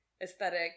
aesthetic